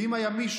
ואם היה מישהו,